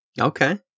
Okay